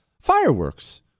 fireworks